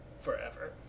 forever